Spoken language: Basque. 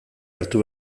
hartu